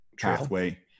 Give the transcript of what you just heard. pathway